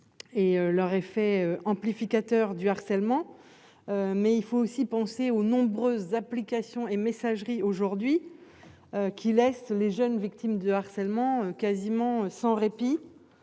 et leur effet amplificateur du harcèlement, mais il faut aussi penser aux nombreuses applications et messagerie aujourd'hui qui laissent les jeunes victimes de harcèlement, quasiment sans répit,